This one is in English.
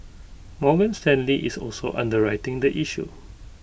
Morgan Stanley is also underwriting the issue